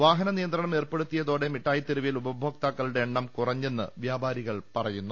വാഹനനിയന്ത്രണം ഏർപ്പെടുത്തിയതോടെ മിഠായിത്തെരുവിൽ ഉപഭോക്താക്കളുടെ എണ്ണം കുറഞ്ഞെന്ന് വ്യാപാരികൾ പറയുന്നു